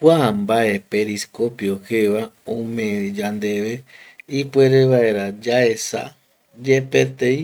Kua mbae periscopio jeva ome yandeve ipuere vaera yaesa yepetei